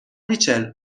ریچل